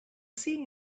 see